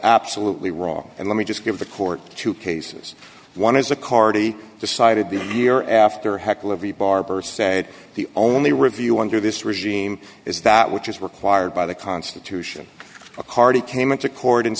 absolutely wrong and let me just give the court two cases one is a cardi decided the year after heckle of the barber said the only review under this regime is that which is required by the constitution mccarty came into court and